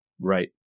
Right